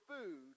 food